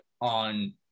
on